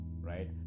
right